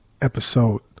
episode